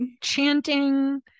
Chanting